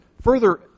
further